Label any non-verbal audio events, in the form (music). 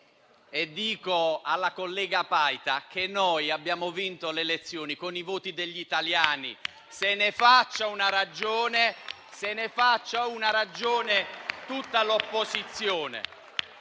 dico alla collega Paita che noi abbiamo vinto le elezioni con i voti degli italiani. (applause) Se ne facciano una ragione lei e tutta l'opposizione.